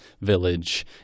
village